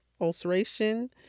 ulceration